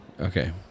Okay